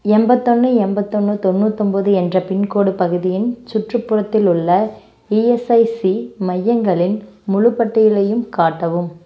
எண்பத்தொன்னு எண்பத்தொன்னு தொண்ணூத்தொம்போது என்ற பின்கோடு பகுதியின் சுற்றுப்புறத்தில் உள்ள இஎஸ்ஐசி மையங்களின் முழுப்பட்டியலையும் காட்டவும்